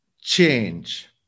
change